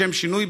לשם שינוי,